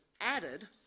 added